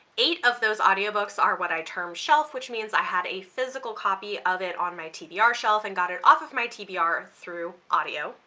eight of those audiobooks are what i term shelf which means i had a physical copy of it on my tbr shelf and got it off of my tbr through audio.